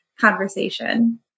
conversation